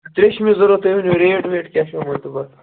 ترٛےٚ چھِ مےٚ ضروٗرت تُہۍ ؤنِو ریٹ ویٹ کیٛاہ چھِ وۅنۍ ؤنۍتو گۅڈٕ